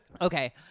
Okay